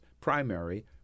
primary